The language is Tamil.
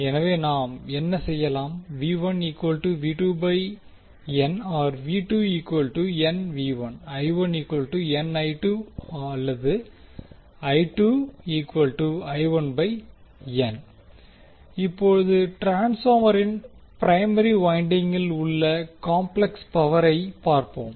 எனவே நாம் என்ன சொல்லலாம் இப்போது ட்ரான்ஸ்பார்மரின் பிரைமரி வைண்டிங்கில் உள்ள காம்ப்ளெக்ஸ் பவரை பார்ப்போம்